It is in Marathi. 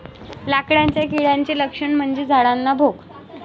लाकडाच्या किड्याचे लक्षण म्हणजे झाडांना भोक